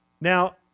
Now